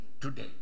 today